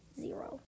zero